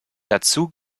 dazu